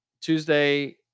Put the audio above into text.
Tuesday